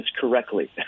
correctly